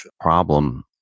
problem